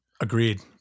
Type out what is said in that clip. Agreed